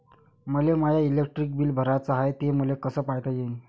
मले माय electric bill भराचं हाय, ते मले कस पायता येईन?